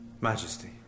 Majesty